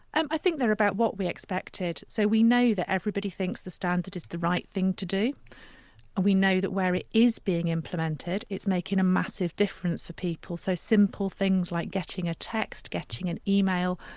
and i think they're about what we expected. so we know that everybody thinks the standard is the right thing to do and we know that where it is being implemented it's making a massive difference for people. so simple things like getting a text, getting an email,